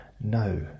No